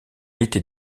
était